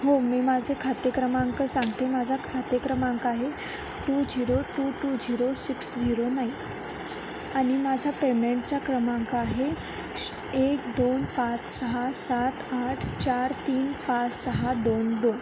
हो मी माझे खाते क्रमांक सांगते माझा खाते क्रमांक आहे two zero two two zero six zero nine आणि माझा पेमेंटचा क्रमांक आहे श एक दोन पाच सहा सात आठ चार तीन पाच सहा दोन दोन